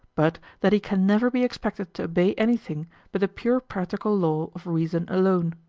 but that he can never be expected to obey anything but the pure practical law of reason alone.